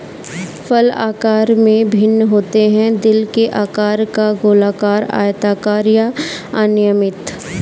फल आकार में भिन्न होते हैं, दिल के आकार का, गोलाकार, आयताकार या अनियमित